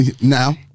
now